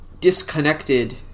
disconnected